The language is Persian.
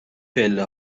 پله